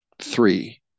three